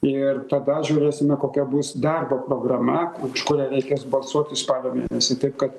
ir tada žiūrėsime kokia bus darbo programa už kurią reikės balsuoti spalio mėnesį taip kad